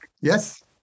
yes